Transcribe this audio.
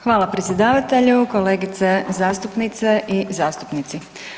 Hvala predsjedavatelju, kolegice zastupnice i zastupnici.